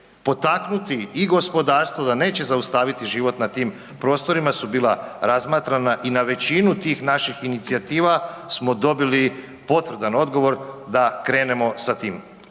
potaknuti i gospodarstvo, da neće zaustaviti život na tim prostorima su bila razmatrana i na većinu tih naših inicijativa smo dobili potvrdan odgovor da krenemo sa time.